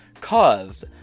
caused